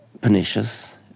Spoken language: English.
pernicious